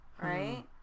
right